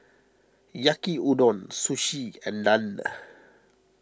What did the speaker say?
Yaki Udon Sushi and Naan